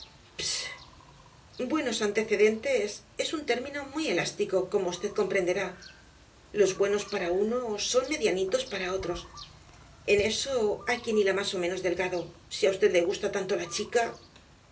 buenos antecedentes es un término muy elástico como v comprenderá los buenos para unos son medianitos para otros en eso hay quien hila más ó menos delgado si á v le gusta tanto la chica